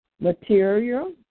material